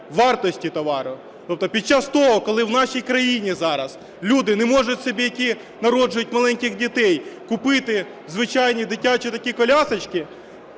вартості товару. Тобто під час того, коли в нашій країні зараз люди не можуть собі, які народжують маленьких дітей, купити звичайні дитячі такі колясочки,